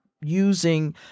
using